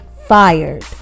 fired